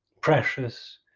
Precious